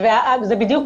זהו בדיוק,